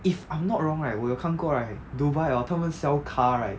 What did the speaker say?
if I'm not wrong right 我有看过 right dubai hor 他们 sell car right